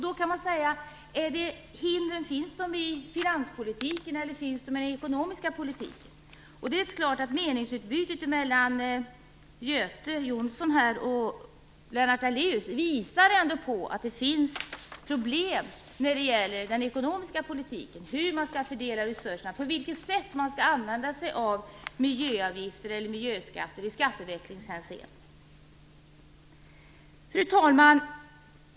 Då kan man fråga sig: Finns hindren i finanspolitiken eller i den ekonomiska politiken? Meningsutbytet mellan Göte Jonsson och Lennart Daléus visar ändå på att det finns problem när det gäller den ekonomiska politiken och när det gäller frågan om hur man skall fördela resurserna och hur man skall använda sig av miljöavgifter eller miljöskatter i skatteväxlingshänseende. Fru talman!